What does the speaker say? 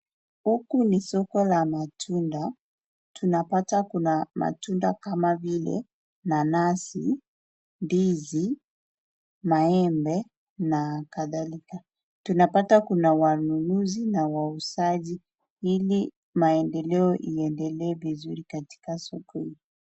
Huku ni soko la matunda . Tunapata kuna matunda kama vile nanasi , ndizi, maembe na kadhalika . Tunapata kuna wanunuzi na wauzaji ili maendeleo iendelee vizuri katika soko hii .